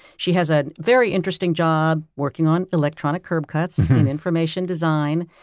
she has a very interesting job working on electronic curb cuts and information design.